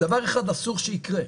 דבר אחד אסור שיקרה.